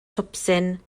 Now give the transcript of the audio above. twpsyn